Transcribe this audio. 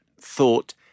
thought